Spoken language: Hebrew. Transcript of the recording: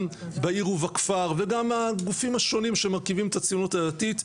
בעיר ובכפר וגם הגופים השונים שמרכיבים את הציונות הדתית,